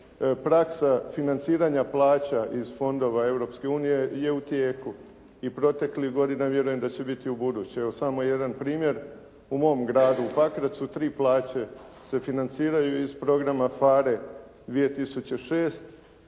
Praksa financiranja plaća iz fondova Europske unije je u tijeku i proteklih godina vjerujem da će biti ubuduće. Evo samo jedan primjer. U mom gradu Pakracu tri plaće se financiraju iz programa PHARE 2006.